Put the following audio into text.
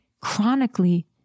chronically